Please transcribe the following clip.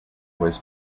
was